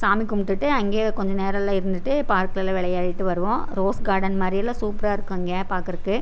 சாமி கும்பிட்டுட்டு அங்கே கொஞ்சோம் நேரலாம் இருந்துகிட்டு பார்க்கெலலாம் விளையாடிட்டு வருவோம் ரோஸ் கார்டன் மாதிரியெல்லாம் சூப்பராக இருக்கும் அங்கே பார்க்குறதுக்கு